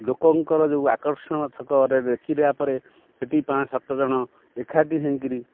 ଲୋକଙ୍କର ଯେଉଁ ଆକର୍ଷଣ ଛକରେ ଦେଖିଦେବା ପରେ ସେଠି ପାଞ୍ଚ ସାତଜଣ ଏକାଠି ହେଇକି